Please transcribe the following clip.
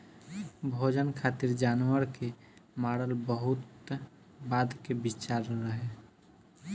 भोजन खातिर जानवर के मारल बहुत बाद के विचार रहे